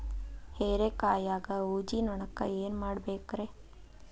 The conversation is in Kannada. ಹೇರಿಕಾಯಾಗ ಊಜಿ ನೋಣಕ್ಕ ಏನ್ ಮಾಡಬೇಕ್ರೇ?